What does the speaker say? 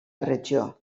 regió